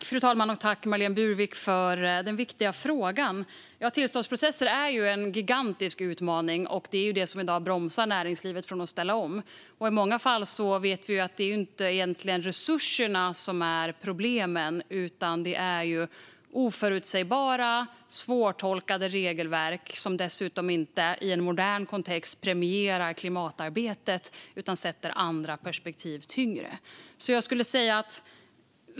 Fru talman! Jag tackar Marlene Burwick för den viktiga frågan. Tillståndsprocesser är en gigantisk utmaning, och de bromsar i dag näringslivet från att ställa om. I många fall vet vi att det egentligen inte är resurserna som är problemet utan det är oförutsägbara och svårtolkade regelverk som dessutom i en modern kontext inte premierar klimatarbetet utan ser andra perspektiv som tyngre.